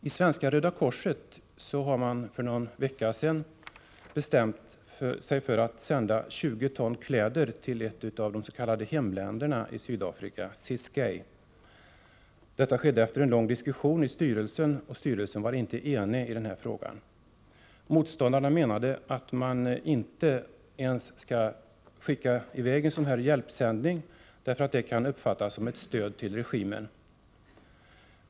Inom Svenska röda korset bestämde man sig för någon vecka sedan för att sända 20 ton kläder till ett av de s.k. hemländerna, Ciskei. Detta skedde efter en lång diskussion i styrelsen, som inte var enig i denna fråga. Motståndarna menade att man inte ens skulle skicka en sådan hjälpsändning, eftersom den kunde uppfattas såsom ett stöd för regimen.